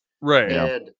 Right